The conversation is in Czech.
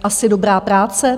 Asi dobrá práce.